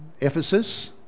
Ephesus